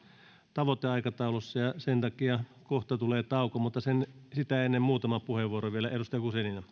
tavoiteaikataulussa ja ja sen takia kohta tulee tauko mutta sitä ennen muutama puheenvuoro vielä